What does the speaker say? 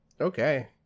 Okay